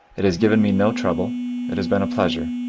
it has given me no trouble it has been a pleasure.